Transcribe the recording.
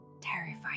terrifying